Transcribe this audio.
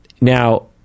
Now